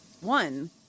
one